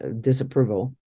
disapproval